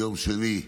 ביום שני,